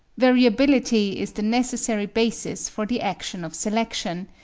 variability is the necessary basis for the action of selection,